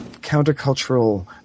countercultural